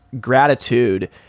gratitude